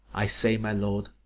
i say, my lord,